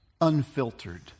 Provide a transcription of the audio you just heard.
unfiltered